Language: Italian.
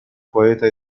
poeta